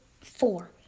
four